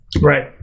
Right